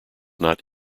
not